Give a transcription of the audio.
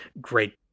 great